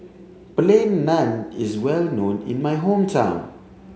plain naan is well known in my hometown